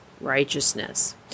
righteousness